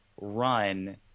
run